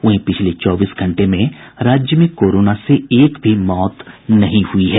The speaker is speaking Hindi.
वहीं पिछले चौबीस घंटे में राज्य में कोरोना से एक भी मौत नहीं हुई है